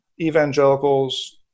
Evangelicals